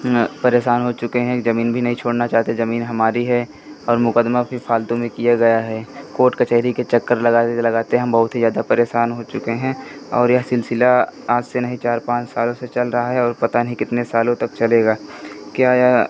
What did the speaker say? आं परेशान हो चुके हैं ज़मीन भी नहीं छोड़ना चाहते ज़मीन हमारी है और मुक़दमा भी फालतू में किया गया है कोर्ट कचेहरी के चक्कर लगाते लगाते हम बहुत ही ज़्यादा परेशान हो चुके हैं और यह सिलसिला आज से नहीं चार पाँच सालों से चल रहा है और पता नहीं कितने सालों तक चलेगा क्या यह